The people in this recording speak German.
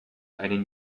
einen